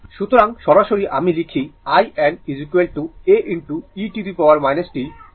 সুতরাং সরাসরি আমি লেখি in a e t tτ